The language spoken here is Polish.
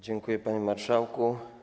Dziękuję, panie marszałku.